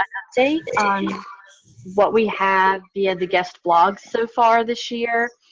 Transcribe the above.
update on what we have via the guest blog so far this year.